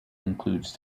includes